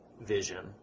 vision